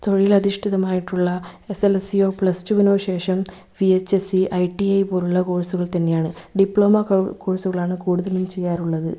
തൊഴിലധിഷ്ഠിതമായിട്ടുള്ള S S L സിയോ plus ടുവിനോ ശേഷം V H S C I T I പോലുള്ള കോഴ്സുകൾ തന്നെയാണ് ഡിപ്ലോമ കോഴ്സുകളാണ് കൂടുതലും ചെയ്യാറുള്ളത്